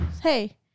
Hey